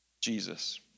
Jesus